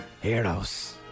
Heroes